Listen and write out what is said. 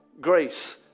grace